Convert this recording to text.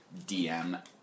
DM